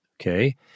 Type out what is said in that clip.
Okay